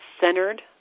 centered